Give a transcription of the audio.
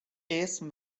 اسم